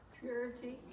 Purity